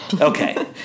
Okay